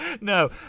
No